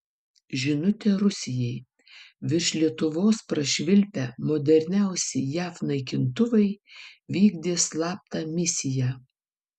žinutė rusijai virš lietuvos prašvilpę moderniausi jav naikintuvai vykdė slaptą misiją